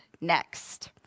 next